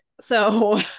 so-